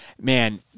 man